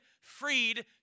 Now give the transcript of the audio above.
freed